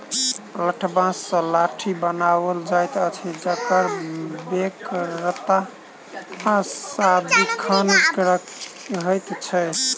लठबाँस सॅ लाठी बनाओल जाइत अछि जकर बेगरता सदिखन रहैत छै